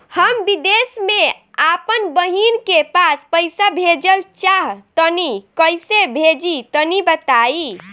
हम विदेस मे आपन बहिन के पास पईसा भेजल चाहऽ तनि कईसे भेजि तनि बताई?